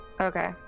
Okay